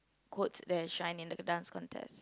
quotes there shine in the the Dance Contest